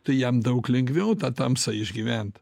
tai jam daug lengviau tą tamsą išgyvent